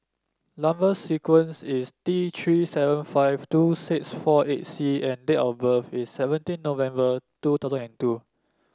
number sequence is T Three seven five two six four eight C and date of birth is seventeen November two thousand and two